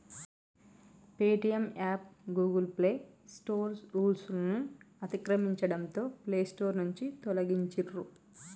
Paytm app Google play store రూల్స్ను అతిక్రమించడంతో play store నుంచి తొలగించిర్రు